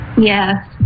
Yes